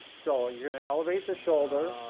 so you're gonna elevate the shoulder.